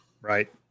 Right